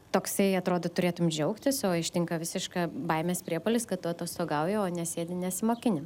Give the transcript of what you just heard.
toksai atrodo turėtum džiaugtis o ištinka visiška baimės priepuolis kad tu atostogauji o nesėdi nesimokini